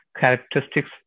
characteristics